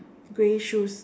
grey shoes